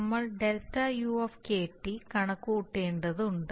നമ്മൾ Δu കണക്കുകൂട്ടേണ്ടതുണ്ട്